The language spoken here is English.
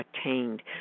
attained